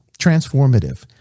transformative